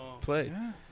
Play